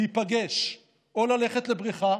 להיפגש או ללכת לבריכה,